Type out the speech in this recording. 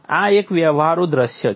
આ એક વ્યવહારુ દૃશ્ય છે